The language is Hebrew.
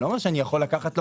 לא אומר שאני יכול לקחת לו.